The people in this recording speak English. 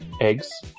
Eggs